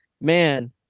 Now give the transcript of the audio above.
Man